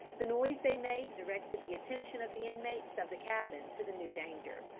the noise they made directed the attention of the inmates of the cabin to the new danger.